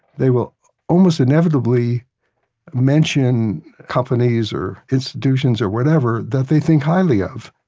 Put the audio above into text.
they will almost inevitably mention companies or institutions or whatever that they think highly of.